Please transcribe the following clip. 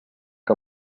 que